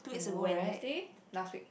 Wednesday last week